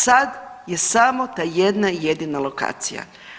Sad je samo ta jedna jedina lokacija.